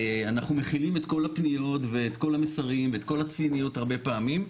אנחנו מכילים את כל הפניות ואת כל המסרים ואת כל הציניות הרבה פעמים,